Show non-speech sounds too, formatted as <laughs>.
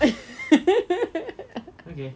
<laughs>